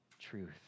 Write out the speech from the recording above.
truth